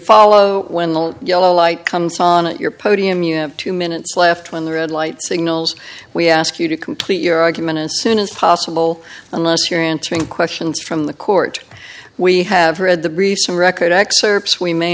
follow when the yellow light comes on at your podium you have two minutes left when the red light signals we ask you to complete your argument as soon as possible unless you're answering questions from the court we have read the briefs and record excerpts we may